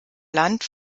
land